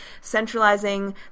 centralizing